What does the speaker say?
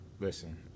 Listen